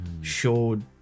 showed